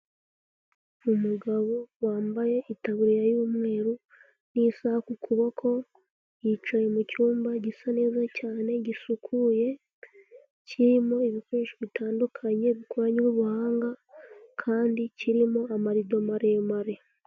Umugabo wambaye itaburiya y'umweru n'isaha ku kuboko, yicaye mu cyumba gisa neza cyane gisukuye, kirimo ibikoresho bitandukanye bikoranywe ubuhanga kandi kirimo amarido maremare.